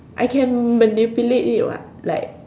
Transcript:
I can manipulate it [what] like